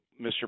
Mr